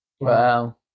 Wow